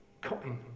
cotton